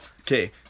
okay